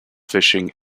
fishing